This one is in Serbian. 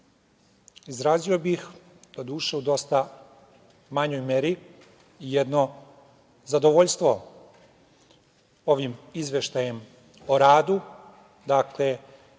izrazio bih, doduše u dosta manjoj meri, i jedno zadovoljstvo ovim izveštajem o radu, pre